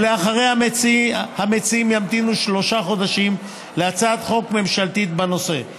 שאחריה ימתינו המציעים שלושה חודשים להצעת חוק ממשלתית בנושא.